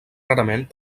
rarament